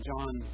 John